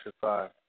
five